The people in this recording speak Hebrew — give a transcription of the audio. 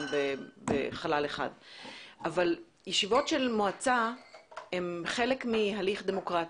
בחלל אחד אבל ישיבות של מועצה הן חלק מהליך דמוקרטי.